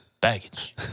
baggage